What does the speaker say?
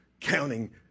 counting